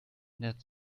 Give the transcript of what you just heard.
ändert